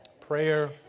prayer